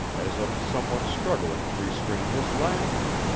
as of some one struggling to restrain his laughter